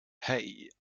hey